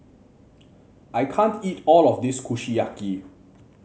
I can't eat all of this Kushiyaki